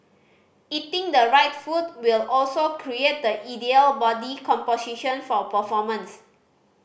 eating the right food will also create the ideal body composition for performance